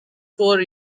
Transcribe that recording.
four